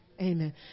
Amen